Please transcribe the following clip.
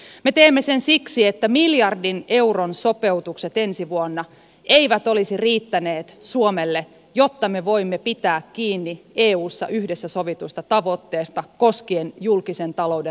me teemme sen siksi että miljardin euron sopeutukset ensi vuonna eivät olisi riittäneet suomelle jotta me voimme pitää kiinni eussa yhdessä sovituista tavoitteista koskien julkisen talouden rakenteellista jäämää